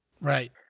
Right